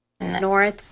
north